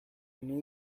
new